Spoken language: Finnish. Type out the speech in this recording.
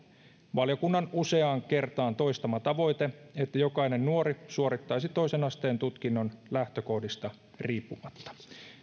valiokunnan useaan kertaan toistama tavoite että jokainen nuori suorittaisi toisen asteen tutkinnon lähtökohdista riippumatta